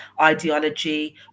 ideology